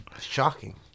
Shocking